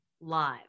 live